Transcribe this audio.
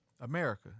America